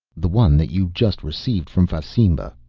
the one that you just received from fasimba.